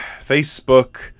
Facebook